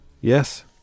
yes